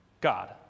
God